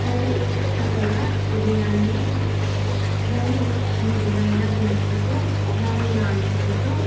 అది చక్కగా ఉదయాన్నే దాన్ని మృదువైన గొంతుకతో దాని నాలుకలతో